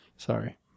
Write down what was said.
Sorry